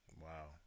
Wow